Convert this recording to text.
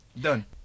Done